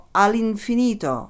all'infinito